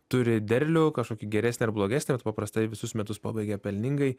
turi derlių kažkokį geresnį ar blogesnį bet paprastai visus metus pabaigia pelningai